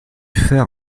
fer